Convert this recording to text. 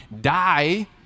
die